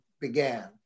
began